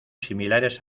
similares